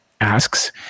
asks